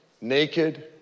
Naked